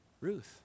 Ruth